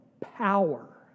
power